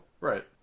Right